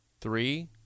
Three